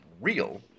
real